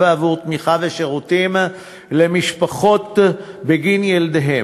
עבור תמיכה ושירותים למשפחות בגין ילדיהן.